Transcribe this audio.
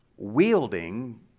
Wielding